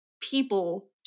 people